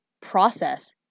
process